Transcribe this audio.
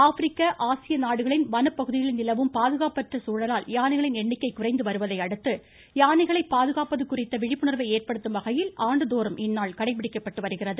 ஆப்பிரிக்க ஆசிய நாடுகளின் வனப் பகுதிகளில் நிலவும் பாதுகாப்பற்ற சூழலால் யானைகளின் எண்ணிக்கை குறைந்து வருவதையடுத்து யானைகளை பாதுகாப்பது குறித்த விழிப்புணர்வை ஏற்படுத்தும்வகையில் ஆண்டுதோறும் இந்நாள் கடைப்பபிடிக்கப்பட்டு வருகிறது